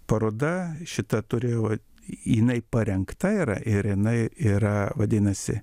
paroda šitą turėjau inai parengta yra ir inai yra vadinasi